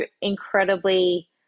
incredibly